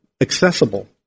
accessible